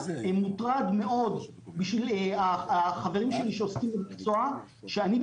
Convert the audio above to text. מוטרד מאוד בשביל החברים שלי שעוסקים במקצוע כי אני,